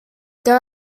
there